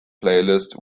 playlist